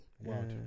Wow